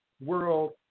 world